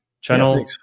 channel